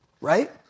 right